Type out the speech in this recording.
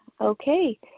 Okay